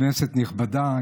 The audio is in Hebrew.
כנסת נכבדה,